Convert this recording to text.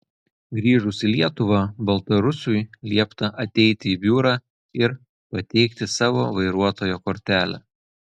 grįžus į lietuvą baltarusiui liepta ateiti į biurą ir pateikti savo vairuotojo kortelę